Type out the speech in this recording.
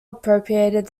appropriated